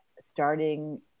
starting